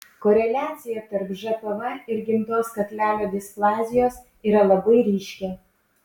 koreliacija tarp žpv ir gimdos kaklelio displazijos yra labai ryški